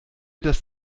das